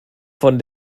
von